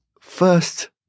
first